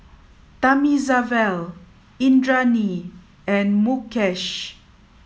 Thamizhavel Indranee and Mukesh